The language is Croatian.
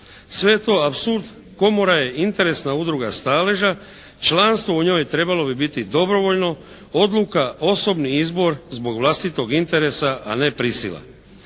je to apsurd, komora je interesna udruga staleža. Članstvo u njoj trebalo bi biti dobrovoljno, odluka osobnih izbor zbog vlastitog interesa a ne prisila.